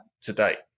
today